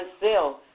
Brazil